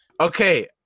Okay